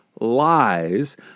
lies